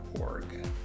org